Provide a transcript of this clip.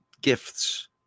gifts